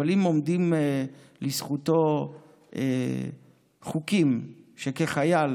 אם עומדים לזכותו חוקים שכחייל